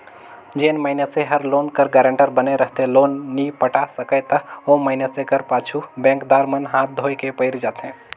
जेन मइनसे हर लोन कर गारंटर बने रहथे लोन नी पटा सकय ता ओ मइनसे कर पाछू बेंकदार मन हांथ धोए के पइर जाथें